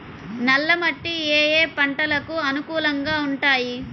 నల్ల మట్టి ఏ ఏ పంటలకు అనుకూలంగా ఉంటాయి?